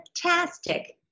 fantastic